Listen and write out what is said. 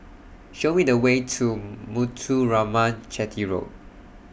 Show We The Way to Muthuraman Chetty Road